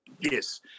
Yes